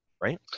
Right